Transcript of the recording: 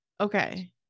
Okay